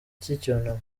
cy’icyunamo